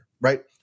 right